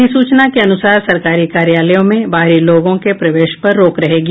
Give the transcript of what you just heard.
अधिसूचना के अनुसार सरकारी कार्यालयों में बाहरी लोगों के प्रवेश पर रोक रहेगी